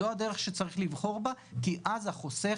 זו הדרך שצריך לבחור בה כי אז החוסך,